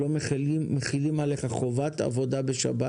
שלא מחילים עליך חובת עבודה בשבת.